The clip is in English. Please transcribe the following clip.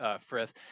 Frith